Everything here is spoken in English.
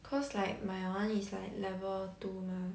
cause like my one is like level two mah